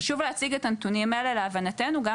חשוב להציג את הנתונים האלה גם ביחס